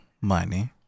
money